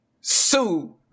Sue